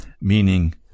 Meaning